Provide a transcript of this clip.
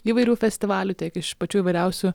įvairių festivalių tiek iš pačių įvairiausių